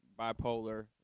bipolar